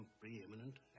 preeminent